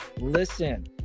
listen